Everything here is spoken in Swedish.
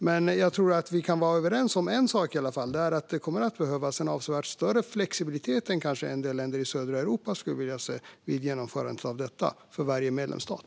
Men jag tror att vi kan vara överens om en sak, nämligen att det kommer att behövas en avsevärt större flexibilitet än vad en del länder i södra Europa vill se vid genomförandet för varje medlemsstat.